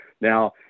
Now